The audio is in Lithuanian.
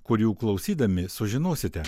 kurių klausydami sužinosite